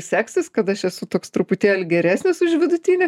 seksis kad aš esu toks truputėlį geresnis už vidutinį